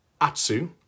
Atsu